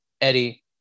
Eddie